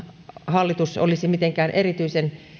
hallitus olisi mitenkään erityisen